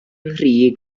nghri